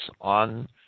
on